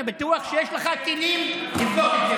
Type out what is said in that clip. אני בטוח שיש לך כלים לבדוק את זה,